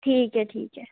ठीक है ठीक है